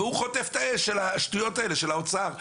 והוא חוטף את האש על השטויות האלה של האוצר.